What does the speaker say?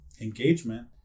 engagement